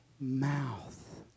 mouth